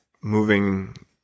moving